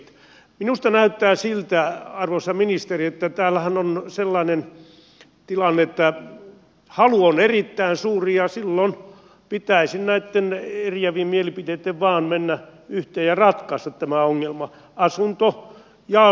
minusta näyttää siltä arvoisa ministeri että täällähän on sellainen tilanne että halu on erittäin suuri ja silloin pitäisi näitten eriävien mielipiteitten vain mennä yhteen ja ratkaista tämä ongelma